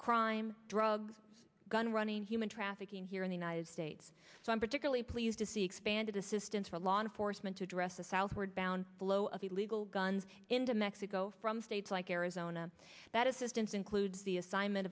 crime drugs gun running human trafficking here in the united states some particularly pleased to see expanded assistance for law enforcement to address the southward bound flow of illegal guns into mexico from states like arizona that assistance includes the assignment